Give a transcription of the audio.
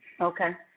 Okay